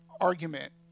argument